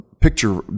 picture